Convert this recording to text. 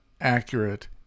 accurate